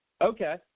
Okay